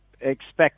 expect